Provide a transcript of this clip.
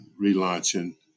relaunching